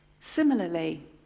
Similarly